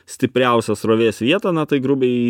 stipriausios srovės vieton na tai grubiai